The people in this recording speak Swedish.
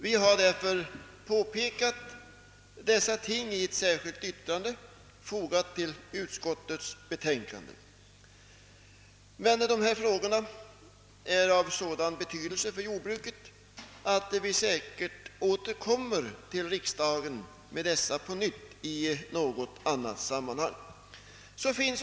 Vi har därför påpekat detta i ett särskilt yttrande, fogat till utskottets betänkande. Men dessa frågor är av sådan betydelse för jordbruket att vi säkert återkommer till riksdagen med dem i något annat sammanhang.